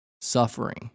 Suffering